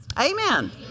Amen